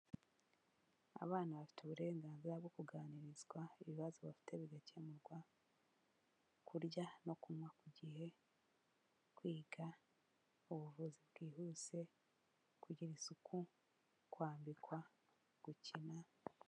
Abana bafite uburenganzira bwo kuganirizwa, ibibazo bafite bigakemurwa, kurya no kunywa ku gihe, kwiga, ubuvuzi bwihuse, kugira isuku, kwambikwa, gukina...